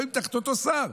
לפעמים תחת אותו שר.